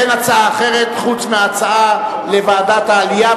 אין הצעה אחרת חוץ מההצעה לוועדת העלייה,